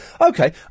Okay